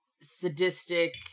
sadistic